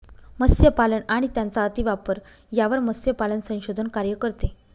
मत्स्यपालन आणि त्यांचा अतिवापर यावर मत्स्यपालन संशोधन कार्य करते